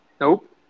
Nope